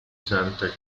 santa